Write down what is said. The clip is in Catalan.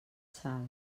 salt